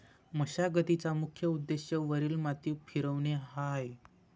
मशागतीचा मुख्य उद्देश वरील माती फिरवणे हा आहे